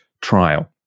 trial